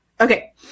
Okay